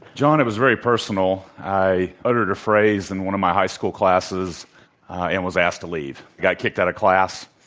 john, it was very personal. i uttered a phrase in one of my high school classes and was asked to leave. i got kicked out of class,